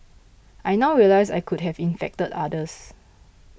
I now realise I could have infected others